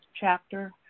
chapter